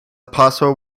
possible